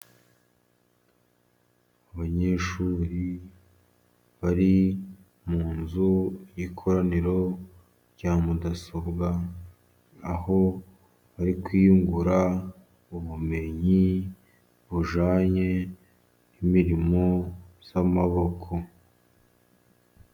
Abanyeshuri bari mu nzu, ikoraniro rya mudasobwa aho bari kwiyungura ubumenyi bujyanye n'imirimo y'amaboko.